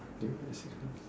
I think it was six months